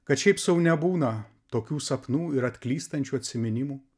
kad šiaip sau nebūna tokių sapnų ir atklystančių atsiminimų